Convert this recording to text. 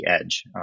edge